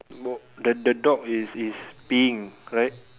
no then the dog is is peeing right